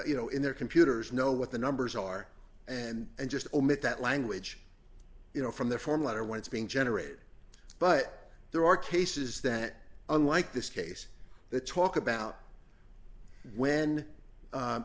you know in their computers know what the numbers are and just omit that language you know from the form letter when it's being generated but there are cases that unlike this case the talk about when